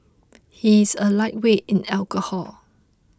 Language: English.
he is a lightweight in alcohol